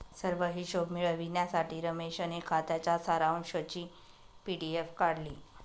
सर्व हिशोब मिळविण्यासाठी रमेशने खात्याच्या सारांशची पी.डी.एफ काढली